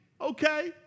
okay